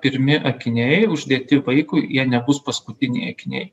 pirmi akiniai uždėti vaikui jie nebus paskutiniai akiniai